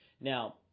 Now